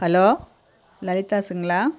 hello லலிதாஸுங்களா